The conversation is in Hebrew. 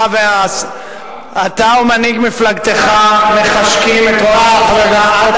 אתה ומנהיג מפלגתך מחשקים את ראש הממשלה,